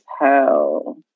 hell